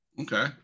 Okay